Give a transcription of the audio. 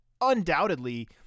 undoubtedly